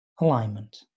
Alignment